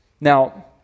Now